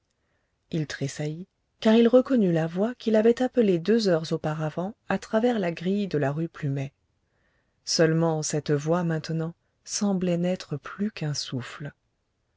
il tressaillit car il reconnut la voix qui l'avait appelé deux heures auparavant à travers la grille de la rue plumet seulement cette voix maintenant semblait n'être plus qu'un souffle